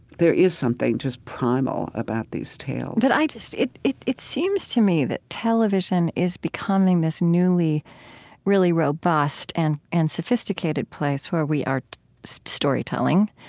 there is something just primal about these tales but i just it it seems to me that television is becoming this newly really robust and and sophisticated place where we are storytelling